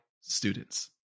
students